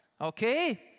okay